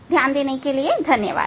ध्यान देने के लिए धन्यवाद